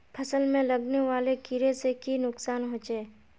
फसल में लगने वाले कीड़े से की नुकसान होचे?